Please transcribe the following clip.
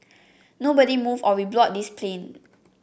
nobody move or we blow this plane